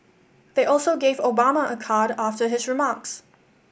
they also gave Obama a card after his remarks